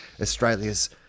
Australia's